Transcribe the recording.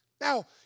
Now